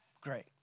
great